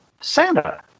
santa